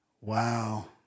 Wow